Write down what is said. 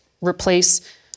replace